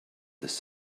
this